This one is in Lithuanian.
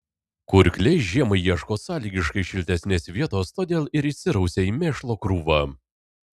kurkliai žiemai ieško sąlygiškai šiltesnės vietos todėl ir įsirausia į mėšlo krūvą